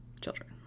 children